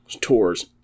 tours